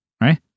right